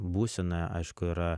būsena aišku yra